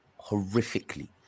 horrifically